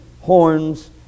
horns